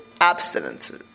abstinence